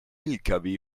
lkw